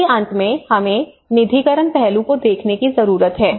दिन के अंत में हमें निधिकरण पहलू को देखने की जरूरत है